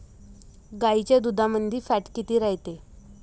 गाईच्या दुधामंदी फॅट किती रायते?